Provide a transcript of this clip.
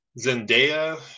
Zendaya